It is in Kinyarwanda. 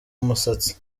umusatsi